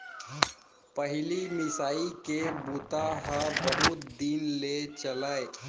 पहिली मिसाई के बूता ह बहुत दिन ले चलय